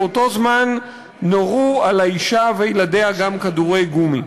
באותו זמן נורו על האישה וילדיה כדורי גומי.